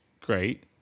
great